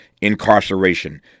incarceration